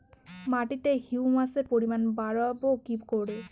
মাটিতে হিউমাসের পরিমাণ বারবো কি করে?